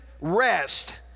rest